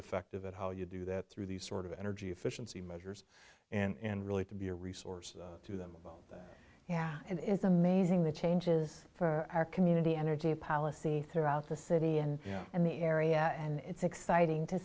effective at how you do that through these sort of energy efficiency measures and really to be a resource to them yeah and it is amazing the changes for our community energy policy throughout the city and and the area and it's exciting to